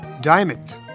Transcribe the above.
diamond